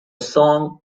song